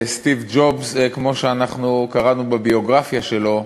סטיב ג'ובס, כמו שקראנו בביוגרפיה שלו,